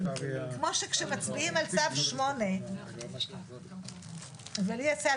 כמו שכשמצביעים על צו 8 לי יצא,